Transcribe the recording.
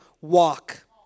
walk